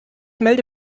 melde